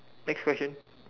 next question